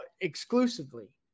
exclusively